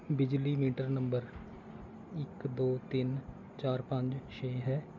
ਬਿਜਲੀ meter number ਇੱਕ ਦੋ ਤਿੰਨ ਚਾਰ ਪੰਜ ਛੇ ਹੈ